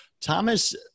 Thomas